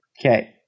Okay